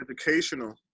Educational